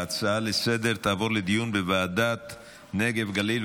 ההצעה לסדר-היום תעבור לדיון בוועדת נגב-גליל.